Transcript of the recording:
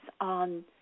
on